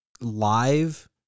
live